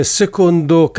secondo